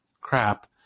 crap